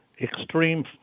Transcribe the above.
extreme